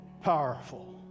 powerful